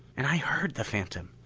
and i heard the phantom!